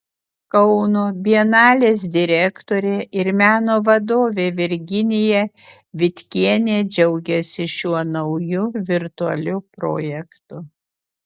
kauno bienalės direktorė ir meno vadovė virginija vitkienė džiaugiasi šiuo nauju virtualiu projektu